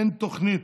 אין תוכנית.